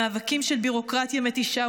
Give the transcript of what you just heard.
מאבקים של ביורוקרטיה מתישה,